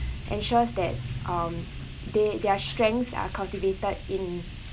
ensures that um they their strengths are cultivated in